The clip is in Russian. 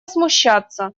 смущаться